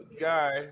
guy